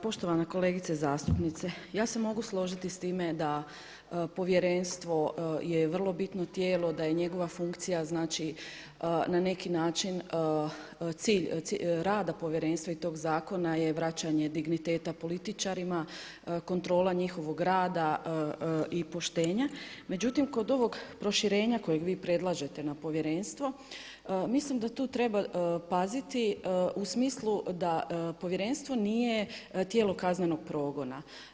Poštovana kolegice zastupnice, ja se mogu složiti s time da povjerenstvo vrlo bitno tijelo, da je njegova funkcija na neki način cilj rada povjerenstva i tog zakona je vraćanje digniteteta političarima, kontrola njihovog rada i poštenja, međutim kod ovog proširenja kojeg vi predlažete na povjerenstvo, mislim da tu treba paziti u smislu da povjerenstvo nije tijelo kaznenog progona.